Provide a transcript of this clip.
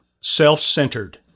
self-centered